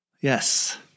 Yes